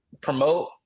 promote